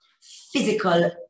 physical